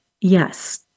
yes